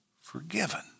forgiven